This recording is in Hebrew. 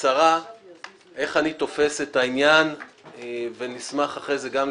בקצרה איך אני תופס את העניין ונשמח לאחר מכן לשמוע